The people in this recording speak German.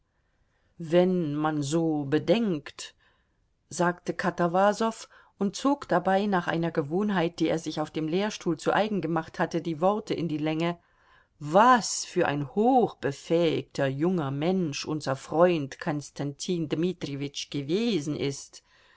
wenn man so bedenkt sagte katawasow und zog dabei nach einer gewohnheit die er sich auf dem lehrstuhl zu eigen gemacht hatte die worte in die länge was für ein hochbefähigter junger mensch unser freund konstantin dmitrijewitsch gewesen ist